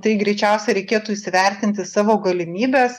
tai greičiausia reikėtų įsivertinti savo galimybes